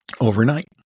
overnight